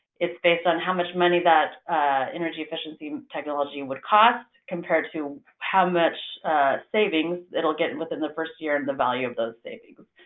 it's based on how much money that energy efficiency technology would cost compared to how much savings it'll get within the first year and the value of those savings.